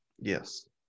Yes